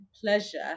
pleasure